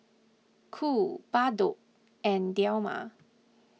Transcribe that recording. Cool Bardot and Dilmah